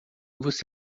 você